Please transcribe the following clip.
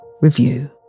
review